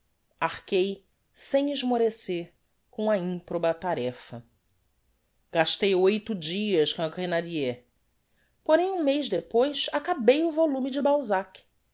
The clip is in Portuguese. arquei sem esmorecer com a improba tarefa gastei oito dias com a grenadire porém um mez depois acabei o volume de balzac